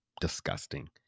disgusting